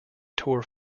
tour